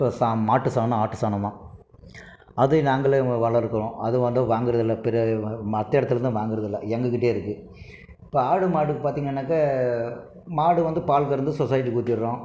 இப்போ ச மாட்டு சாணம் ஆட்டு சாணம் தான் அது நாங்களே வளர்க்கிறோம் அது வந்து வாங்குறதில்லை பிற மற்ற இடத்துலேருந்து வாங்குறதில்லை எங்கே கிட்டயே இருக்குது இப்போ ஆடு மாடு பார்திங்கனாக்க மாடு வந்து பால் கறந்து சொசைட்டிக்கு ஊத்திடறோம்